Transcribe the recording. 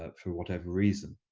ah for whatever reason.